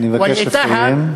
אני מבקש לסיים.